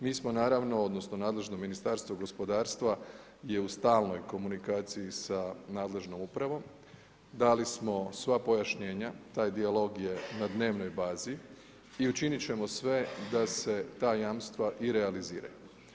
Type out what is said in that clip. Mi smo naravno odnosno nadležno Ministarstvo gospodarstva je u stalnoj komunikaciji sa nadležnom upravom, dali smo sva pojašnjenja, taj dijalog je na dnevnoj bazi i učiniti ćemo sve da se ta jamstva i realiziraju.